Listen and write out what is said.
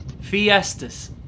Fiestas